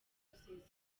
gusezererwa